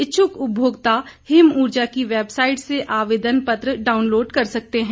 इच्छ्यक उपभोक्ता हिमउर्जा की वैबसाईट से आवेदन पत्र डाउनलोड कर सकते हैं